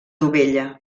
dovella